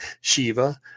Shiva